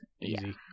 easy